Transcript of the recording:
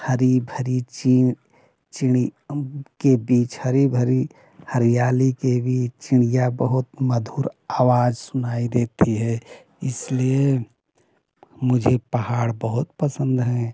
हरी भरी चीड़ चीड़ के बीच हरी भरी हरियाली के बीच चिड़िया बहुत मधुर आवाज सुनाई देती है इसलिए मुझे पहाड़ बहुत पसंद हैं